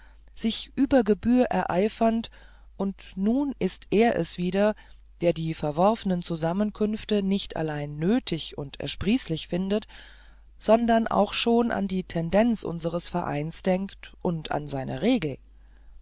sich über gebühr ereifernd und nun ist er es wieder der die verworfenen zusammenkünfte nicht allein nötig und ersprießlich findet sondern auch schon an die tendenz unsers vereins denkt und an seine regel